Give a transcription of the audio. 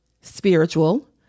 spiritual